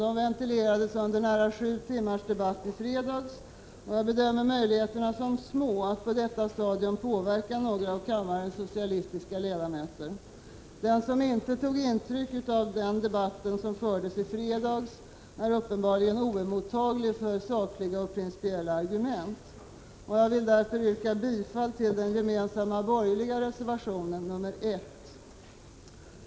De ventilerades under nära sju timmars debatt i fredags, och jag bedömer möjligheterna som små att på detta stadium påverka någon av kammarens socialistiska ledamöter. Den som inte tog intryck av debatten som fördes i fredags är uppenbarligen oemottaglig för sakliga och principiella argument. Jag vill därför yrka bifall till den gemensamma borgerliga reservationen nr 1.